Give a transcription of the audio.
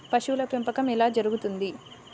పశువుల పెంపకం ఎలా జరుగుతుంది?